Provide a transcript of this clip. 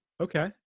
Okay